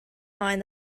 mind